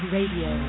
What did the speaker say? Radio